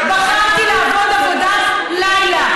בחרתי לעבוד עבודת לילה.